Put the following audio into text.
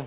skapas.